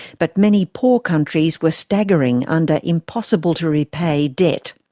but many poor countries were staggering under impossible-to-repay debt.